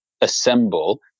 assemble